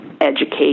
educate